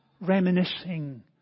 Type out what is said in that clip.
reminiscing